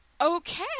Okay